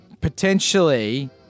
potentially